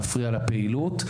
מפריע לפעילות,